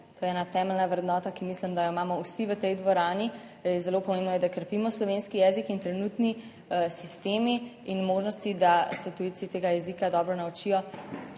To je ena temeljna vrednota, ki mislim, da jo imamo vsi v tej dvorani, je zelo pomembno je, da krepimo slovenski jezik in trenutni sistemi in možnosti, da se tujci tega jezika dobro naučijo,